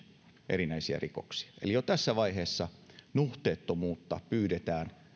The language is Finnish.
erinäisiä rikoksia eli jo tässä vaiheessa nuhteettomuutta pyydetään